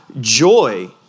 joy